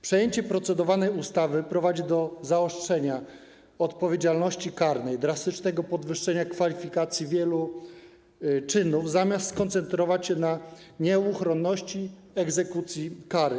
Przejęcie procedowanej ustawy prowadzi do zaostrzenia odpowiedzialności karnej, drastycznego podwyższenia kwalifikacji wielu czynów, zamiast do skoncentrowania się na nieuchronności egzekucji kary.